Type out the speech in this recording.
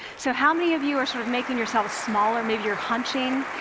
so how many of you are sort of making yourselves smaller? maybe you're hunching,